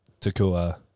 Takua